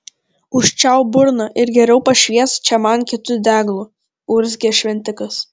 užčiaupk burną ir geriau pašviesk čia man kitu deglu urzgė šventikas